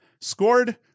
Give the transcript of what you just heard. scored